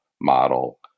model